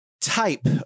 type